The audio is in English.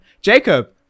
jacob